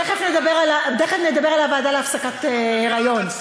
תכף נדבר על הוועדה להפסקת היריון.